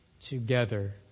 together